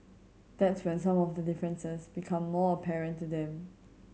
that's when some of the differences become more apparent to them